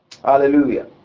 Hallelujah